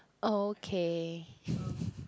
okay